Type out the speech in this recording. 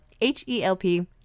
H-E-L-P